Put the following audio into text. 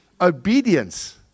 Obedience